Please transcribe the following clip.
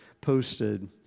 posted